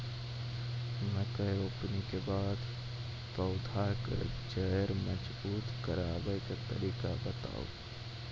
मकय रोपनी के बाद पौधाक जैर मजबूत करबा के तरीका बताऊ?